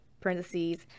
parentheses